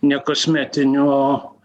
ne kosmetinių o